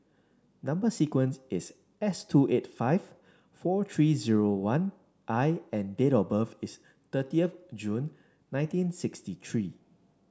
number sequence is S two eight five four three zero one I and date of birth is thirtieth June nineteen sixty three